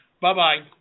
Bye-bye